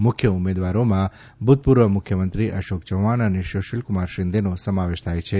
મુખ્ય ઉમેદવારોમાં ભૂતપૂર્વ મુખ્યમંત્રી અશોક ચૌફાણ અને સુશીલકુમાર શિંદેનો સમાવેશ થાય છે